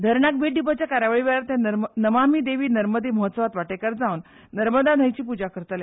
धरणाक भेट दिवपाचे कार्यावळी वेळार ते नमानी देवी नर्मदे महोत्सवांत वांटेकार जावन नर्मदा न्हंयेची पुजा करतले